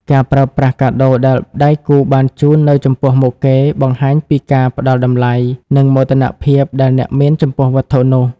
ការប្រើប្រាស់កាដូដែលដៃគូបានជូននៅចំពោះមុខគេ បង្ហាញពីការផ្ដល់តម្លៃ និងមោទនភាពដែលអ្នកមានចំពោះវត្ថុនោះ។